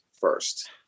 first